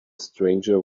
stranger